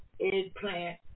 eggplant